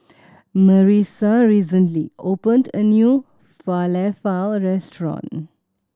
Marissa recently opened a new Falafel Restaurant